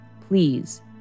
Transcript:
Please